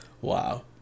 Wow